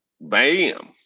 Bam